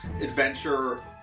adventure